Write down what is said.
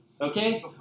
Okay